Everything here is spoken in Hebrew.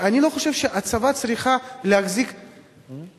אני לא חושב שהצבא צריך להחזיק בבתי-ספר.